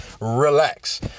relax